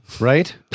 right